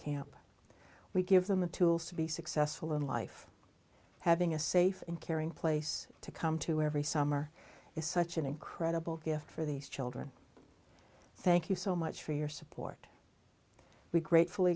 camp we give them the tools to be successful in life having a safe and caring place to come to every summer is such an incredible gift for these children thank you so much for your support we gratefully